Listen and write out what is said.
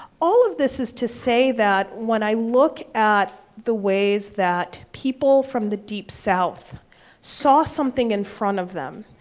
all of this is to say that, when i look at the ways that people from the deep south saw something in front of them,